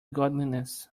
godliness